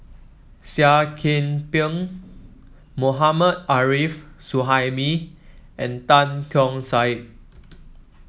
Seah Kian Peng Mohammad Arif Suhaimi and Tan Keong Saik